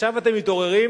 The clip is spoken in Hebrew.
עכשיו אתם מתעוררים?